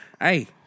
Hey